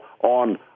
on